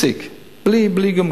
פסיק, בלי גמגום.